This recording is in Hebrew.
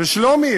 ושלומי,